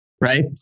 right